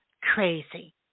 crazy